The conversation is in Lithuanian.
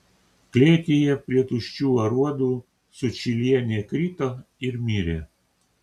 klėtyje prie tuščių aruodų sučylienė krito ir mirė